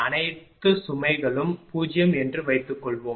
அனைத்து சுமைகளும் 0 என்று வைத்துக்கொள்வோம்